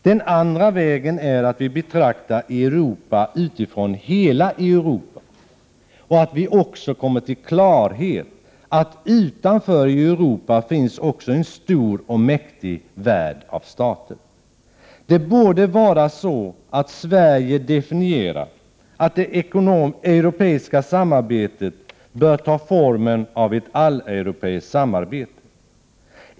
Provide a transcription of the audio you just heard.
Den andra vägen är att vi betraktar Europa utifrån hela Europa och att vi också kommer till klarhet om att det också utanför Europa finns en stor och mäktig värld av stater. Det borde vara så att Sverige definierar det europeiska samarbetet så att det bör ta formen av ett alleuropeiskt samarbete.